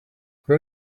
where